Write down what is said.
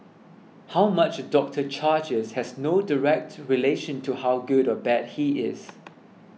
how much a doctor charges has no direct relation to how good or bad he is